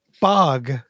bog